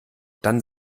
dann